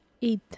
Eat